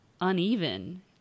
uneven